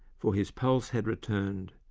for his pulse had returned.